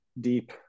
deep